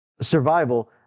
survival